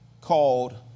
called